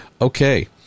Okay